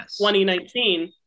2019